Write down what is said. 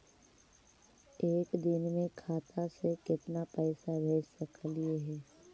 एक दिन में खाता से केतना पैसा भेज सकली हे?